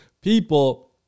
people